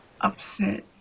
upset